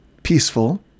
Peaceful